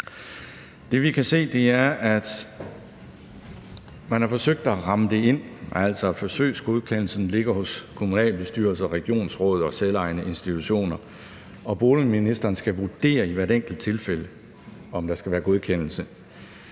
Det, vi kan se, er, man har forsøgt at ramme det ind, altså at forsøgsgodkendelsen ligger hos kommunalbestyrelser og regionsråd og selvejende institutioner. Og boligministeren skal i hvert enkelt tilfælde vurdere, om der skal være godkendelse.